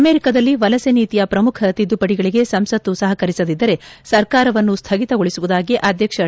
ಅಮೆರಿಕದಲ್ಲಿ ವಲಸೆ ನೀತಿಯ ಪ್ರಮುಖ ತಿದ್ದುಪಡಿಗಳಿಗೆ ಸಂಸತ್ತು ಸಹಕರಿಸದಿದ್ದರೆ ಸರ್ಕಾರವನ್ನು ಸ್ಲಗಿತಗೊಳಿಸುವುದಾಗಿ ಅಧ್ಯಕ್ಷ ಟ್ರಂಪ್ ಬೆದರಿಕೆ